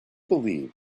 believed